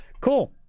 Cool